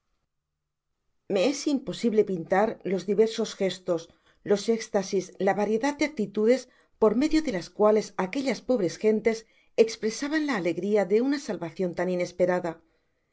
me es imposible pintar los diversos gestos los éxtasis la variedad de actitudes por medio de las cuales aquellas pobres gentes espresaban la alegria de una salvacion tan inesperada